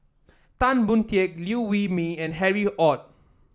Tan Boon Teik Liew Wee Mee and Harry Ord